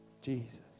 Jesus